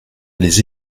les